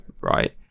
right